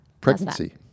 Pregnancy